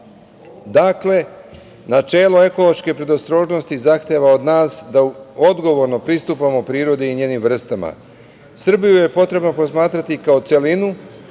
podaci. Dakle, načelo ekološke predostrožnosti zahteva od nas da odgovorno pristupamo prirodi i njenim vrstama. Srbiju je potrebno posmatrati kao celinu,